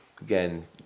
again